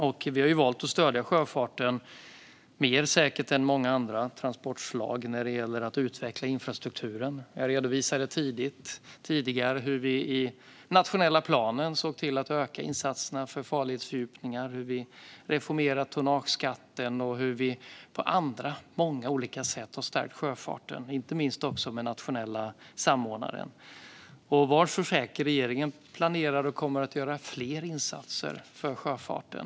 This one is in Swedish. Vi har säkert valt att stödja sjöfarten mer än många andra transportslag när det gäller att utveckla infrastrukturen. Jag redovisade tidigare hur vi i den nationella planen såg till att öka insatserna för farledsfördjupningar, hur vi reformerade tonnageskatten och hur vi på många andra olika sätt har stärkt sjöfarten, inte minst med den nationella samordnaren. Och var så säker - regeringen planerar och kommer att göra fler insatser för sjöfarten!